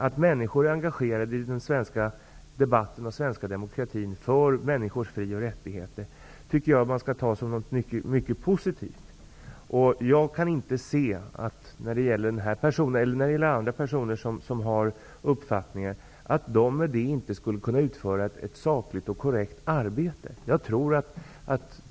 Att människor är engagerade i den svenska debatten och den svenska demokratin för människors fri och rättigheter borde tas som någonting mycket positivt. Jag kan inte se att den här personen -- eller någon annan person -- inte skulle kunna utföra ett sakligt och korrekt arbete på grund av sin uppfattning.